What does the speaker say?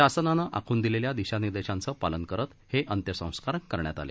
शासनानं आखून दिलेल्या दिशानिर्देशांचं पालन करत हे अंत्यसंस्कार करण्यात आले